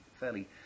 fairly